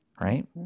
right